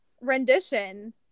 rendition